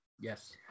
Yes